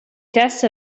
test